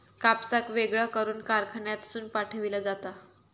कापसाक वेगळा करून कारखान्यातसून पाठविला जाता